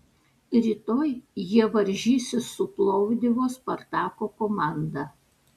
rytoj jie varžysis su plovdivo spartako komanda